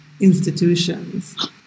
institutions